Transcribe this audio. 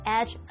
Edge